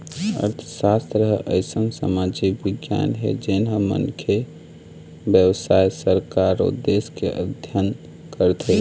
अर्थसास्त्र ह अइसन समाजिक बिग्यान हे जेन ह मनखे, बेवसाय, सरकार अउ देश के अध्ययन करथे